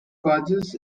causes